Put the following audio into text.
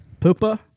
Poopa